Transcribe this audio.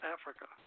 Africa